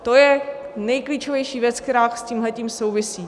To je nejklíčovější věc, která s tímhletím souvisí.